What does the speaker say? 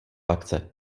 akce